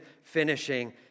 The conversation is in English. finishing